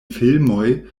filmoj